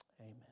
Amen